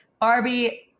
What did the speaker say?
Barbie